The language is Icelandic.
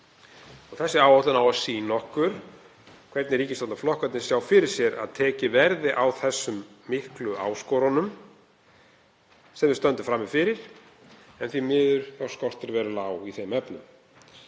Þessi áætlun á að sýna okkur hvernig ríkisstjórnarflokkarnir sjá fyrir sér að tekið verði á þessum miklu áskorunum sem við stöndum frammi fyrir. Því miður skortir verulega á í þeim efnum.